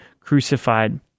crucified